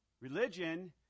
Religion